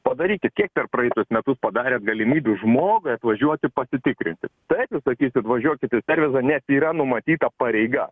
padarykit kiek per praeitus metus padarėt galimybių žmogui atvažiuoti pasitikrinti taip jūs sakysit važiuokit į servisą nes yra numatyta pareiga